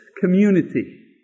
community